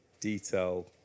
detail